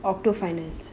octo finals